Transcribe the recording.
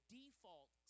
default